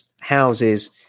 houses